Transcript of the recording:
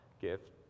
gift